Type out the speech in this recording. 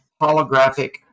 holographic